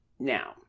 Now